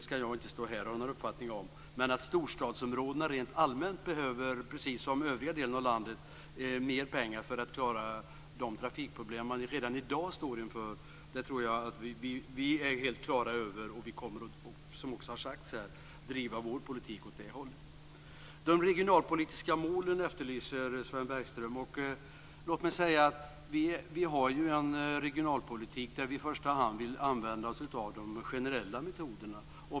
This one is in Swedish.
Men vi är helt klara över att storstadsområdena rent allmänt behöver - precis som övriga delar av landet - mer pengar för att klara de trafikproblem man redan i dag står inför. Vi kommer att driva vår politik åt det hållet. Sven Bergström efterlyser de regionalpolitiska målen. Vi har en regionalpolitik där vi i första hand vill använda oss av de generella metoderna.